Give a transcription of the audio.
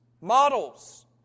models